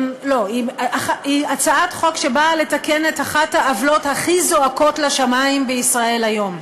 היא הצעת חוק שבאה לתקן את אחת העוולות הכי זועקות לשמים בישראל היום.